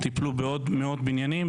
טיפלו בעוד מאות בניינים.